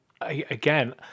again